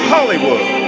Hollywood